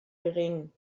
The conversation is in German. gering